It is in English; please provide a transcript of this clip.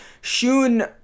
Shun